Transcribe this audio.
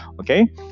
Okay